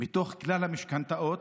מתוך כלל המשכנתאות,